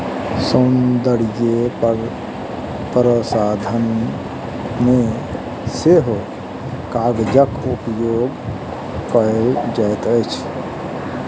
सौन्दर्य प्रसाधन मे सेहो कागजक उपयोग कएल जाइत अछि